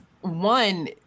one